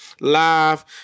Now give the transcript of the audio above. Live